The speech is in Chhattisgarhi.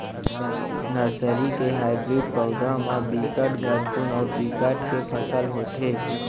नरसरी के हाइब्रिड पउधा म बिकट झटकुन अउ बिकट के फसल होथे